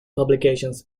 publications